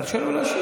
תרשה לו להשיב.